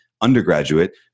undergraduate